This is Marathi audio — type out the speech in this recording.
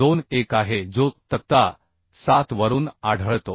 21 आहे जो तक्ता 7 वरून आढळतो